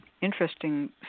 interesting